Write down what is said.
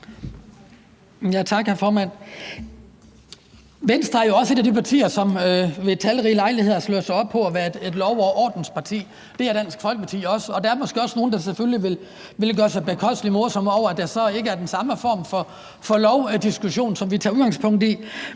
Venstre er jo et af de partier, som ved talrige lejligheder har slået sig op på at være et lov og orden-parti. Det er Dansk Folkeparti også. Og der er måske også nogle, der vil gøre sig morsomme på den bekostning, selv om det så ikke er den samme form for lovdiskussion, vi tager udgangspunkt i.